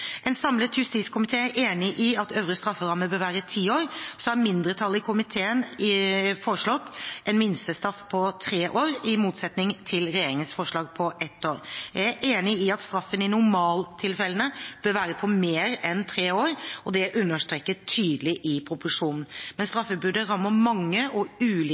En samlet justiskomité er enig i at øvre strafferamme bør være ti år. Så har mindretallet i komiteen foreslått en minstestraff på tre år, i motsetning til regjeringens forslag på ett år. Jeg er enig i at straffen i normaltilfellene bør være på mer enn tre år, og det er understreket tydelig i proposisjonen. Men straffebudet rammer mange og ulike